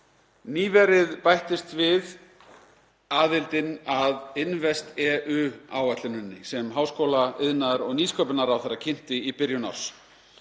Nýverið bættist við aðildin að InvestEU-áætluninni sem háskóla, iðnaðar- og nýsköpunarráðherra kynnti í byrjun árs.